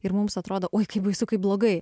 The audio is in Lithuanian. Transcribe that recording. ir mums atrodo oi kaip baisu kaip blogai